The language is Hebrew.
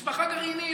משפחה גרעינית,